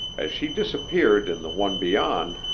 as she disappeared in the one beyond,